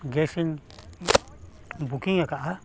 gas booking